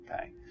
Okay